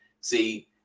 See